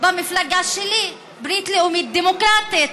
במפלגה שלי, ברית לאומית דמוקרטית.